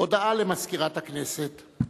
הודעה למזכירת הכנסת.